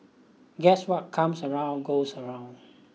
guess what comes around goes around